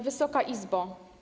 Wysoka Izbo!